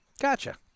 Gotcha